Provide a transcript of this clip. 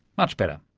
much better.